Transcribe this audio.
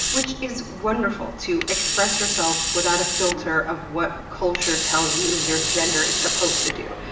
which is wonderful to express yourself without a filter of what culture tells you your gender is supposed to do.